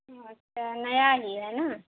او اچھا نیا لیے ہیں نا